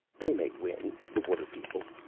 they may win, the water-people.